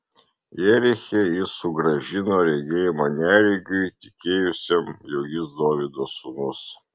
jeriche jis sugrąžino regėjimą neregiui tikėjusiam jog jis dovydo sūnus